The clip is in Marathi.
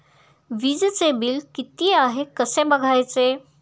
वीजचे बिल किती आहे कसे बघायचे?